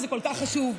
זה כל כך חשוב.